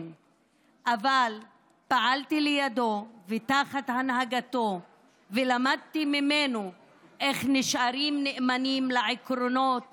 אבל פעלתי לידו ותחת הנהגתו ולמדתי ממנו איך נשארים נאמנים לעקרונות